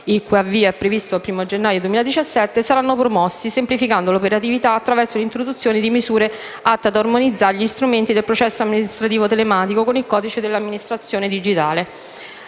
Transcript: il cui avvio è già previsto per il 1° gennaio 2017, saranno promossi semplificandone l'operatività, attraverso l'introduzione di misure atte ad armonizzare gli strumenti del processo amministrativo telematico con il codice dell'amministrazione digitale.